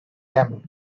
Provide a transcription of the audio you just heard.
them